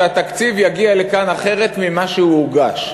אני מקבל שהתקציב יגיע לכאן אחרת ממה שהוא הוגש,